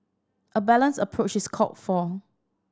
a balanced approach is called for